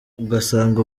ugasanga